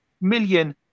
million